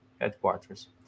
Headquarters